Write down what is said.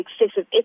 excessive